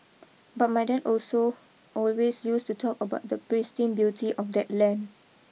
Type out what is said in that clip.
but my dad also always used to talk about the pristine beauty of that land